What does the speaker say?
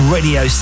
Radio